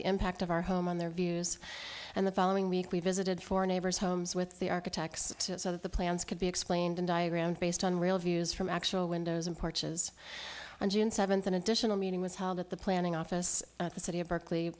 the impact of our home on their views and the following week we visited four neighbors homes with the architects of the plans could be explained in diagram based on real views from actual windows in porches on june seventh an additional meeting was held at the planning office of the city of berkeley